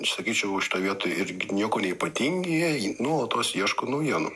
sakyčiau šitoj vietoj irgi niekuo neypatingi jei jie nuolatos ieško naujienų